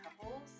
couples